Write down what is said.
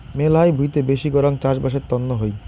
মেলহাই ভুঁইতে বেশি করাং চাষবাসের তন্ন হই